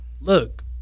Look